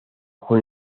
jugó